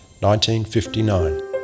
1959